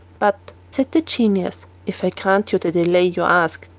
but, said the genius, if i grant you the delay you ask,